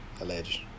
Alleged